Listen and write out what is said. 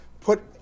put